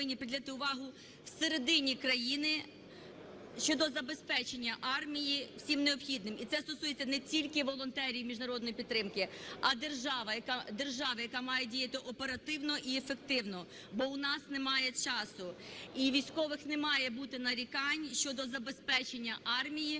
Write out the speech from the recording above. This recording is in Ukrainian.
повинні приділяти увагу всередині країни щодо забезпечення армії всім необхідним. І це стосується не тільки волонтерів і міжнародної підтримки, а держави, яка має діяти оперативно і ефективно. Бо в нас немає часу і у військових немає бути нарікань щодо забезпечення армії,